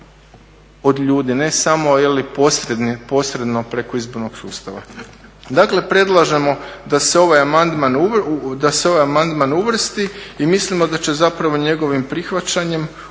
od ljudi ne samo posredno preko izbornog sustava. Dakle predlažemo da se ovaj amandman uvrsti i mislim da će zapravo njegovim prihvaćanjem